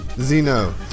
Zeno